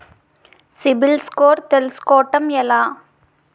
CIBIL score తెల్సుకోటం ఎలా?